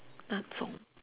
那种